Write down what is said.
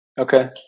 Okay